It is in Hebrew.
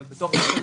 כלומר בתוך המדינה,